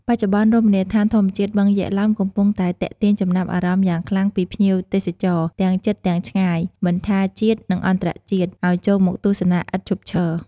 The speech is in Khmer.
បច្ចុប្បន្នរមណីយដ្ឋានធម្មជាតិបឹងយក្សឡោមកំពុងតែទាក់ទាញចំណាប់អារម្មណ៍យ៉ាងខ្លាំងពីភ្ញៀវទេសចរ ទាំងជិតទាំងឆ្ងាយមិនថា ជាតិ និង អន្តរជាតិ ឱ្យចូលមកទស្សនាឥតឈប់ឈរ។